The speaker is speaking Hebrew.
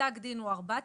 פסק הדין הוא 4,000,